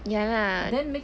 ya lah